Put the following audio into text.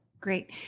Great